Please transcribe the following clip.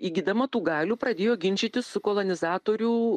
įgydama tų galių pradėjo ginčytis su kolonizatorių